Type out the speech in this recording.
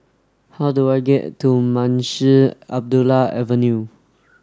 how do I get to Munshi Abdullah Avenue